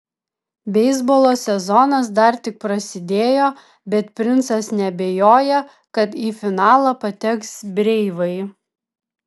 beisbolo sezonas dar tik prasidėjo bet princas neabejoja kad į finalą pateks breivai